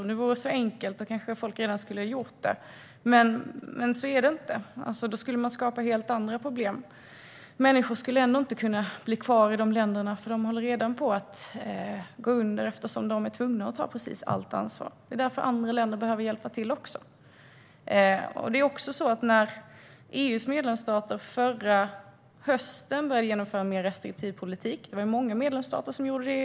Om det vore så enkelt kanske människor redan skulle ha gjort det, men så är det inte. Man skulle skapa helt andra problem. Människor skulle ändå inte kunna bli kvar i de länderna. De är redan på väg att gå under, eftersom de är tvungna att ta precis allt ansvar. Det är därför andra länder också behöver hjälpa till. EU:s medlemsstater började förra hösten genomföra en mer restriktiv politik. Det var många medlemsstater som gjorde det.